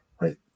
right